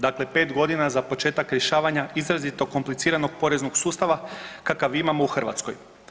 Dakle, 5 godina za početak rješavanja izrazito kompliciranog poreznog sustava kakav imamo u Hrvatskoj.